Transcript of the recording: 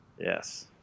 Yes